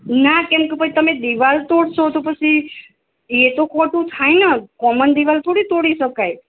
ના કેમ ક પછ તમે દિવાલ તોડસો તો પસી એતો ખોટું થાય ન કોમન દિવાલ થોડી તોડી શકાય